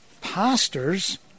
pastors